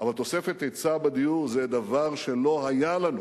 אבל תוספת היצע בדיור זה דבר שלא היה לנו